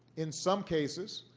in some cases